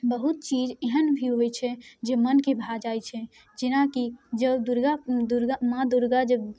बहुत चीज एहन भी होइ छै जे मोनके भा जाइ छै जेनाकि जँ दुर्गा दुर्गा माँ दुर्गा जब